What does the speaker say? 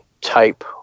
type